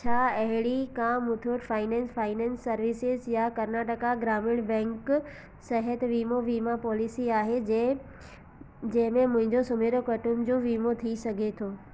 छा अहिड़ी का मुथूट फाइनेंस फाइनेंस सर्विसेज या कर्नाटका ग्रामीण बैंक सेहत वीमो वीमा पॉलिसी आहे जंहिं जंहिंमें मुंहिंजो सुमेर कुटुंब जो वीमो थी सघे थो